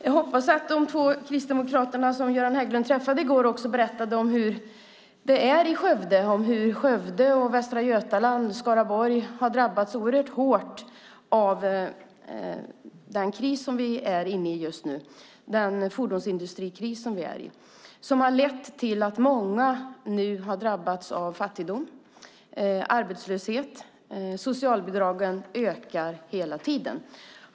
Jag hoppas att de två kristdemokraterna som Göran Hägglund träffade i går berättade hur det är i Skövde, hur oerhört hårt Skövde, Västra Götaland och Skaraborg har drabbats av den fordonsindustrikris som vi är inne i just nu. Den har lett till att många nu har drabbats av fattigdom och arbetslöshet. Socialbidragen ökar hela tiden.